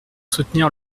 soutenir